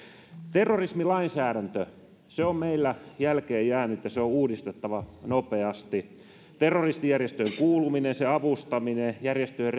terrorismilainsäädäntö on meillä jälkeenjäänyt ja se on uudistettava nopeasti terroristijärjestöön kuuluminen sen avustaminen ja järjestöjen